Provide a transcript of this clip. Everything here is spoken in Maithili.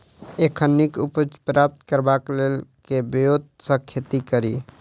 एखन नीक उपज प्राप्त करबाक लेल केँ ब्योंत सऽ खेती कड़ी?